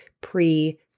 pre